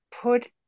Put